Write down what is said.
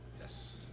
Yes